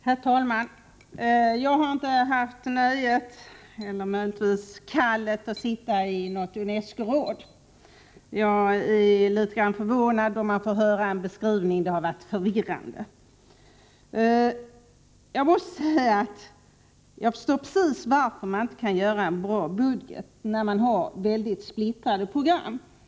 Herr talman! Jag har inte haft nöjet att sitta i något UNESCO-råd, men jag har blivit förvånad över vad jag fått höra — det har varit förvirrande. Jag förstår precis varför man inte kan göra en bra budget, när man har väldigt splittrade program.